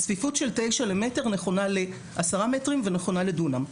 הצפיפות של 9 למטר נכונה ל-10 מטרים ונכונה לדונם.